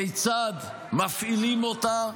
כיצד מפעילים אותה,